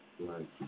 Right